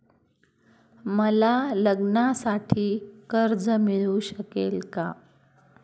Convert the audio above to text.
मला लग्नासाठी कर्ज मिळू शकेल का?